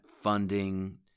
funding